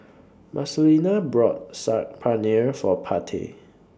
Marcelina bought Saag Paneer For Party